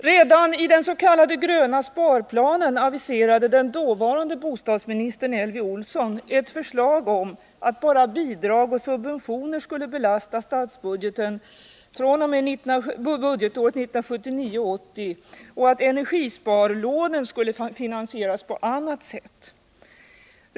Redan i den s.k. ”gröna sparplanen” aviserade den dåvarande bostadsministern Elvy Olsson ett förslag om att bara bidrag och subventioner skulle belasta statsbudgeten fr.o.m. budgetåret 1979/80 och att energisparlånen skulle finansieras på annat sätt.